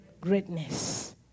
greatness